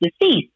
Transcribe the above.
deceased